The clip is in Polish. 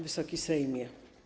Wysoki Sejmie!